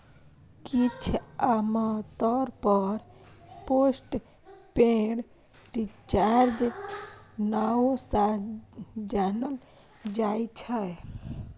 किछ आमतौर पर पोस्ट पेड रिचार्ज नाओ सँ जानल जाइ छै